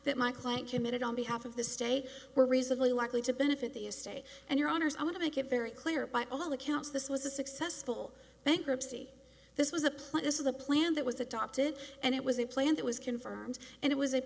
my client committed on behalf of the state were reasonably likely to benefit the estate and your honour's i want to make it very clear by all accounts this was a successful bankruptcy this was a plan this is a plan that was adopted and it was a plan that was confirmed and it was a